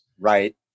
Right